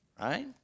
right